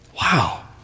Wow